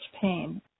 pain